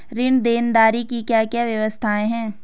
ऋण देनदारी की क्या क्या व्यवस्थाएँ हैं?